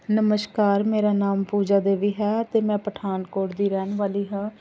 ਨਮਸਕਾਰ ਮੇਰਾ ਨਾਮ ਪੂਜਾ ਦੇਵੀ ਹੈ ਅਤੇ ਮੈਂ ਪਠਾਨਕੋਟ ਦੀ ਰਹਿਣ ਵਾਲੀ ਹਾਂ